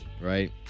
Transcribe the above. right